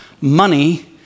money